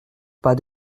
pas